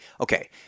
Okay